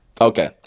Okay